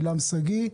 עילם שגיא,